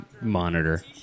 monitor